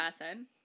person